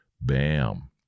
Bam